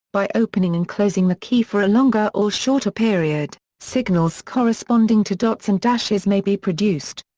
by opening and closing the key for a longer or shorter period, signals corresponding to dots and dashes may be produced.